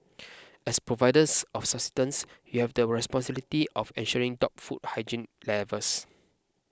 as providers of sustenance you have the responsibility of ensuring top food hygiene levels